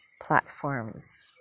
platforms